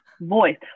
voice